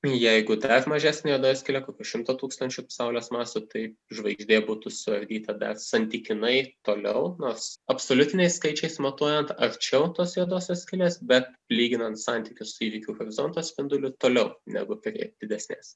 jeigu dar mažesnė juodoji skylė kokių šimto tūkstančių saulės masių tai žvaigždė būtų suardyta bet santykinai toliau nors absoliutiniais skaičiais matuojant arčiau tos juodosios skylės bet lyginant santykius su įvykių horizonto spinduliu toliau negu prie didesnės